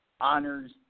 honors